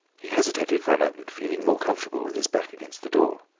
he hesitated for a moment, feeling more comfortable with his back against the door.